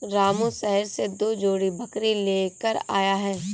रामू शहर से दो जोड़ी बकरी लेकर आया है